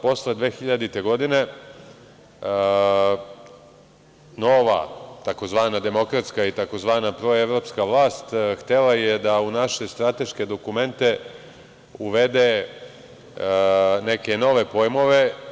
Posle 2000. godine nova tzv. demokratska i tzv. proevropska vlast htela je da u naša strateška dokumenta uvede neke nove pojmove.